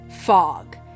fog